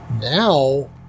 now